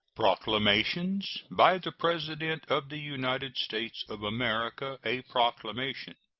proclamations. by the president of the united states of america. a proclamation.